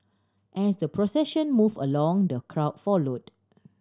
as the procession move along the crowd followed